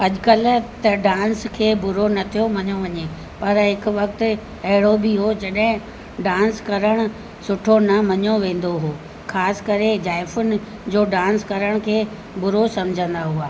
अॼुकल्ह त डांस खे बुरो नथियो मञियो वञे पर हिकु वक़्ति अहिड़ो बि हुओ जॾहिं डांस करण सुठो न मञियो वेंदो हुओ ख़ासि करे जाइफ़ुनि जो डांस करण खे बुरो समुझंदा हुआ